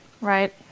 Right